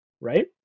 right